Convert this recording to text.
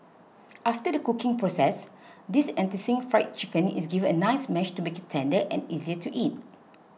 after the cooking process this enticing Fried Chicken is given a nice mash to make it tender and easier to eat